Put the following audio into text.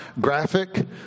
graphic